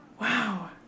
Wow